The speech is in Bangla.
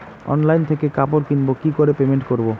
অনলাইন থেকে কাপড় কিনবো কি করে পেমেন্ট করবো?